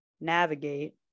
navigate